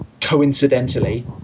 coincidentally